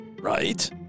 Right